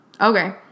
Okay